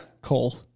Cole